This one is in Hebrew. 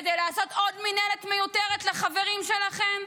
כדי לעשות עוד מינהלת מיותרת לחברים שלכם?